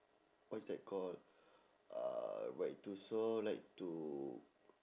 what is that call uh like to so like to